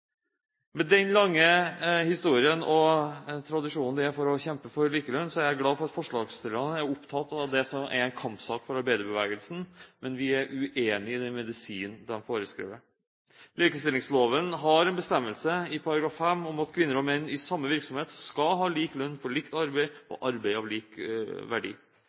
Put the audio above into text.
Med den lange historien, og tradisjonen det er å kjempe for likelønn, er jeg glad for at forslagsstillerne er opptatt av det som er en kampsak for arbeiderbevegelsen, men vi er uenig i den medisinen de foreskriver. Likestillingsloven har en bestemmelse i § 5 om at kvinner og menn i samme virksomhet skal ha lik lønn for likt arbeid, og arbeid av lik verdi.